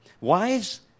Wives